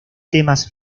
temas